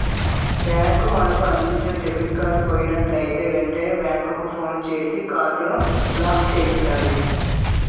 bank మనకు అందించిన debit card పోయినట్లయితే వెంటనే బ్యాంకుకు ఫోన్ చేసి కార్డును బ్లాక్చేయించాలి